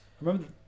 Remember